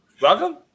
welcome